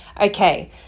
Okay